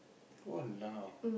!walao!